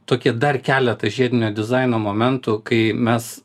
tokie dar keletas žiedinio dizaino momentų kai mes